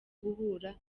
guhura